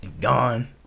Gone